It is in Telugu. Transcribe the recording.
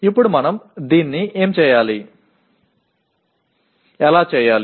ఇప్పుడు మనం దీన్ని ఎలా చేయాలి